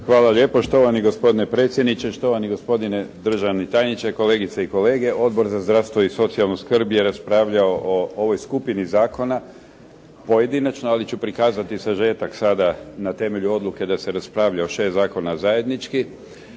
Hvala lijepo. Štovani gospodine predsjedniče, štovani gospodine državni tajniče, kolegice i kolege. Odbor za zdravstvo i socijalnu skrb je raspravljao o ovoj skupini zakona pojedinačno, ali ću prikazati sažetak sada na temelju odluke da se raspravlja o šest zakona zajednički.